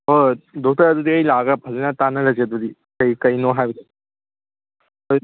ꯍꯣꯏ ꯍꯣꯏ ꯗꯣꯛꯇꯔ ꯑꯗꯨꯗꯤ ꯑꯩ ꯂꯥꯛꯑꯒ ꯐꯖꯅ ꯇꯥꯟꯅꯔꯁꯤ ꯑꯗꯨꯗꯤ ꯀꯩꯀꯩꯅꯣ ꯍꯥꯏꯕꯗꯣ